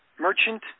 merchant